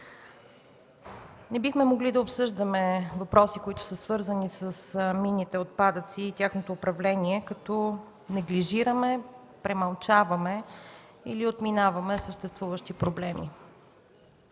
Не бихме могли да обсъждаме въпроси, които са свързани с минните отпадъци и тяхното управление, като неглижираме, премълчаваме или отминаваме съществуващи проблеми.